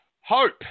hope